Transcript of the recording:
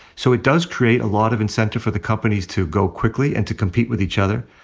so it does create a lot of incentive for the companies to go quickly and to compete with each other.